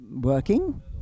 working